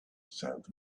said